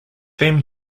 then